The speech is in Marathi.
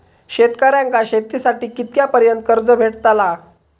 शेतकऱ्यांका शेतीसाठी कितक्या पर्यंत कर्ज भेटताला?